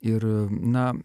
ir a na